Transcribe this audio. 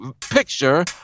picture